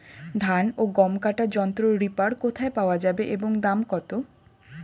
ধান ও গম কাটার যন্ত্র রিপার কোথায় পাওয়া যাবে এবং দাম কত?